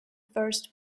first